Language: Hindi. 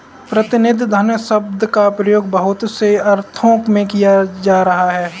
प्रतिनिधि धन शब्द का प्रयोग बहुत से अर्थों में किया जाता रहा है